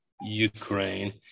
Ukraine